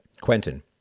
Quentin